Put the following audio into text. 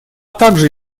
также